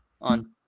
on